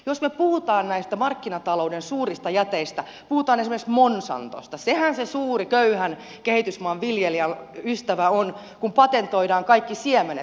jos me puhumme näistä markkinatalouden suurista jäteistä ja puhumme esimerkiksi monsantosta sehän se suuri köyhän kehitysmaan viljelijän ystävä on kun patentoidaan kaikki siemenet